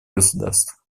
государств